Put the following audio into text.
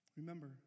Remember